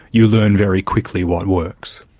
you learn very quickly what works.